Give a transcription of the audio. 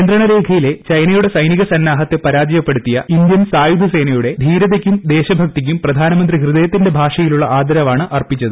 നിയന്ത്രണരേഖയിലെ ചൈനയുടെ സൈനിക സന്നാഹത്തെ പൂരാജയപ്പെടുത്തിയ ഇന്തൃൻ സായുധ സേനയുടെ ധീരതയ്ക്കും പ്രദ്യേശ്ഭക്തിക്കും പ്രധാനമന്ത്രി ഹൃദയത്തിന്റെ ഭാഷയിലുള്ള ആദരവാണ് അർപ്പിച്ചത്